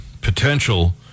potential